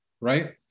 right